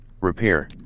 Repair